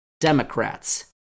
democrats